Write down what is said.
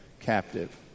captive